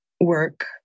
work